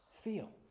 feel